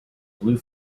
blue